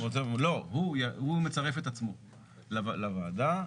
לא, הוא מצרף את עצמו לוועדה.